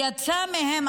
יצא מהם,